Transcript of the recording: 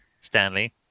Stanley